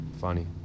Funny